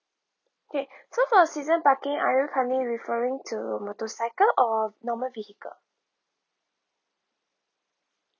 K so for a season parking are you currently referring to motorcycle or normal vehicle